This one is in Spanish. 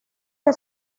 que